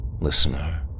listener